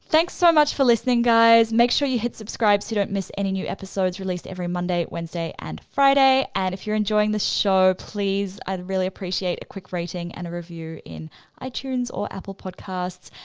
thanks so much for listening guys. make sure you hit subscribe so you don't miss any new episodes released every monday, wednesday and friday. and if you're enjoying the show, please, i'd really appreciate a quick rating and a review in itunes or apple podcasts.